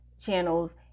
channels